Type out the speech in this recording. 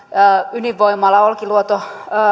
olkiluodon